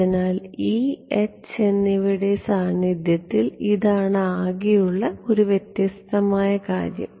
അതിനാൽ e h എന്നിവയുടെ സാന്നിധ്യത്തിൽ ഇതാണ് ആകെയുള്ള ഒരു വ്യത്യസ്തമായ കാര്യം